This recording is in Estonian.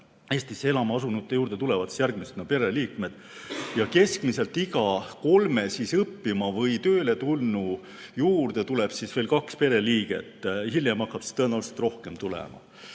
Eestisse elama asunute juurde tulevad järgmisena pereliikmed. Ja keskmiselt iga kolme õppima või tööle tulnu juurde tuleb veel kaks pereliiget, hiljem hakkab tõenäoliselt rohkem tulema.